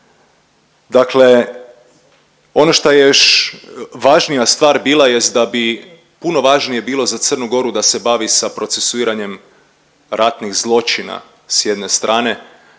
Dakle, ono što je još važnija stvar bila jest da bi puno važnije bilo za Crnu Goru da se bavi sa procesuiranjem ratnih zločina sa jedne strane